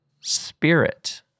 spirit